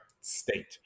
state